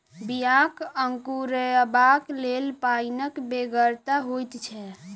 बियाक अंकुरयबाक लेल पाइनक बेगरता होइत छै